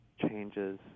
changes